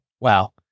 Wow